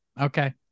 okay